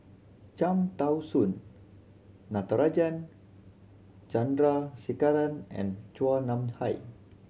Cham Tao Soon Natarajan Chandrasekaran and Chua Nam Hai